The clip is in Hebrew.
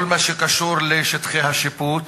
כל מה שקשור לשטחי השיפוט